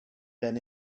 then